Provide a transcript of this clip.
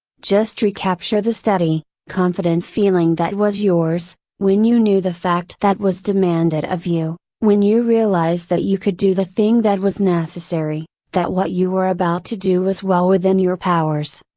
just recapture the steady, confident feeling that was yours, when you knew the fact that was demanded of you, when you realized that you could do the thing that was necessary, that what you were about to do was well within your powers.